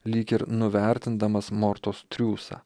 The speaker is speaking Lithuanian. lyg ir nuvertindamas mortos triūsą